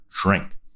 drink